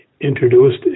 introduced